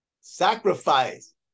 Sacrifice